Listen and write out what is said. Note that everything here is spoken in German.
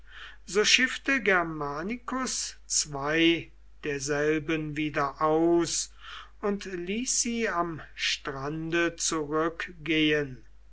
so schiffte germanicus zwei derselben wieder aus und ließ sie am strande zurückgehen